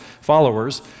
followers